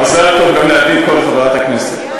מזל טוב גם לעדי קול, חברת הכנסת.